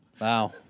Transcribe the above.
wow